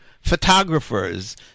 photographers